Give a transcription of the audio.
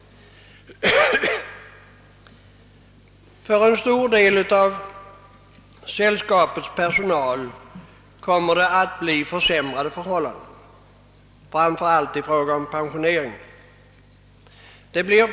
För en stor del av sällskapets personal kommer det att bli försämrade förhållanden, framför allt i fråga om pensioneringen.